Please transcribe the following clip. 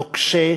נוקשה,